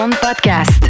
podcast